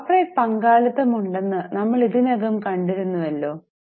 corporate പങ്കാളിത്തമുണ്ടെന്ന് നമ്മൾ ഇതിനകം കണ്ടിരുന്നുവല്ലോ